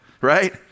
Right